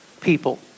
people